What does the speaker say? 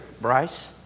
Bryce